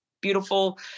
beautiful